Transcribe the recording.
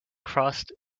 crossed